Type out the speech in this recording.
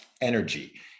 energy